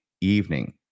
evening